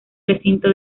recinto